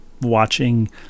watching